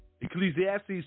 Ecclesiastes